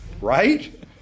right